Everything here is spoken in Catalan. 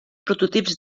prototips